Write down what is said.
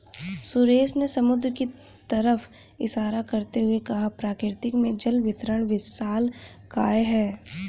सुरेश ने समुद्र की तरफ इशारा करते हुए कहा प्रकृति में जल वितरण विशालकाय है